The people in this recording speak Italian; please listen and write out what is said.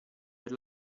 per